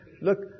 Look